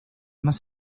más